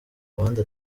abandi